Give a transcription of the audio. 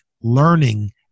learning